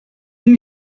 you